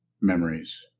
memories